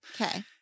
Okay